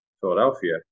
Philadelphia